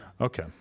Okay